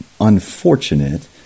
unfortunate